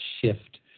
shift